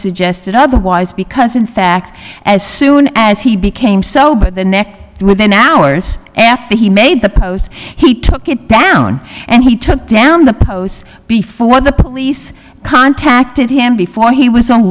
suggested otherwise because in fact as soon as he became sober the next day within hours after he made the post he took it down and he took down the post before the police contacted him before he was on